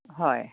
হয়